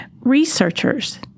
Researchers